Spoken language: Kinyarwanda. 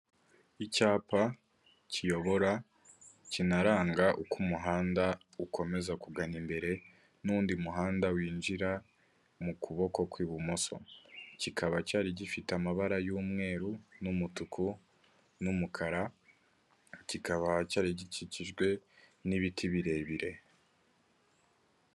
Icyapa kiyobora kinaranga uko umuhanda ukomeza kugana imbere n'undi muhanda winjira mu kuboko kw'ibumoso, kikaba cyari gifite amabara y'umweru n'umutuku n'umukara kikaba cyari gikikijwe n'ibiti birebire.